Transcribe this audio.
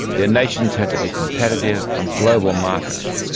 their nations had to be competitive on global markets.